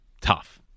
tough